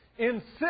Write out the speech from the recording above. Insist